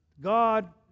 God